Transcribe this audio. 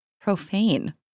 profane